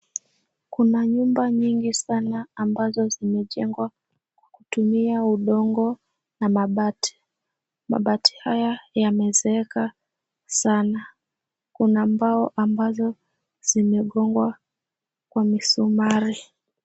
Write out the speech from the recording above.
Kuna nyumba nyingi sana ambazo zimejengwa kutumia udongo na mabati. Mabati haya yamezeeka sana. Kuna ambazo zimegongwa kwa misumari.